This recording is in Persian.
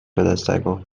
پدسگا